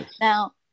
Now